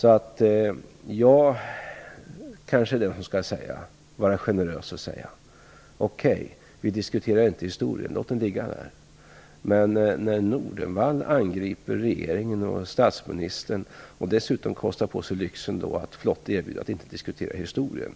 Det är kanske jag som skall vara generös och säga att vi inte skall diskutera historien. Låt den ligga. Men när Nordenvall angriper regeringen och statsministern och dessutom kostar på sig lyxen att flott erbjuda sig att inte diskutera historien